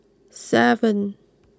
seven